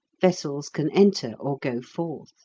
vessels can enter or go forth.